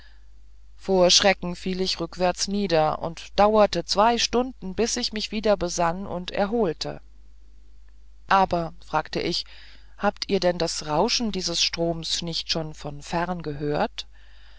vor schrecken fiel ich rückwärts nieder und dauerte zwei stunden bis ich mich wieder besann und erholte aber fragt ich habt ihr denn das rauschen dieses stroms nicht schon von fern gehört